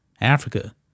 Africa